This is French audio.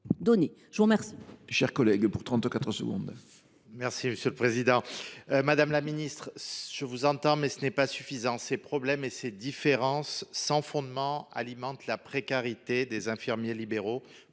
Je vous remercie